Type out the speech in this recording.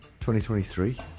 2023